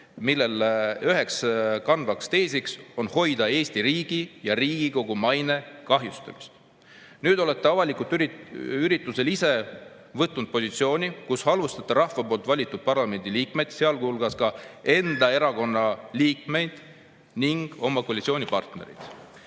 mille üheks kandvaks teesiks on hoiduda Eesti riigi ja Riigikogu maine kahjustamisest. Nüüd olete avalikul üritusel ise võtnud positsiooni, kus halvustate rahva poolt valitud parlamendiliikmeid, sealhulgas ka enda erakonna liikmeid ning oma koalitsioonipartnereid.